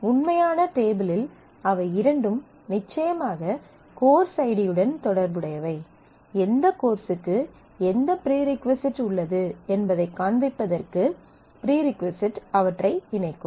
உண்மையான டேபிளில் அவை இரண்டும் நிச்சயமாக கோர்ஸ் ஐடியுடன் தொடர்புடையவை எந்த கோர்ஸ்க்கு எந்த ப்ரீ ரிக்வசைட் உள்ளது என்பதைக் காண்பிப்பதற்கு ப்ரீ ரிக்வசைட் அவற்றை இணைக்கும்